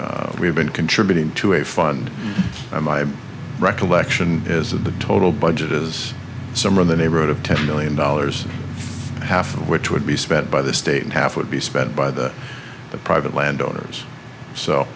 money we've been contributing to a fund my recollection is that the total budget is summer in the neighborhood of ten million dollars half of which would be spent by the state and half would be spent by the private landowners so